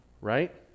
right